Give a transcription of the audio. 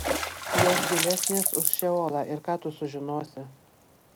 jos gilesnės už šeolą ir ką tu sužinosi